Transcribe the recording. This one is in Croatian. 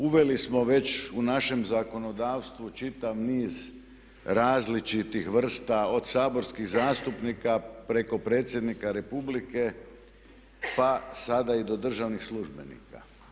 Uveli smo već u našem zakonodavstvu čitav niz različitih vrsta od saborskih zastupnika preko predsjednika Republike pa sada i do državnih službenika.